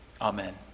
Amen